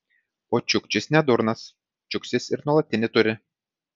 o čiukčis ne durnas čiukčis ir nuolatinį turi